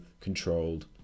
controlled